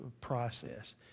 process